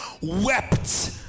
wept